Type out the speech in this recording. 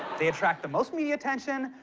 they attract the most media attention,